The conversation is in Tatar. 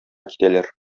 китәләр